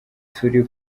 turi